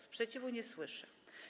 Sprzeciwu nie słyszę.